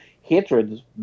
hatred